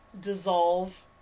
dissolve